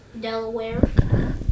Delaware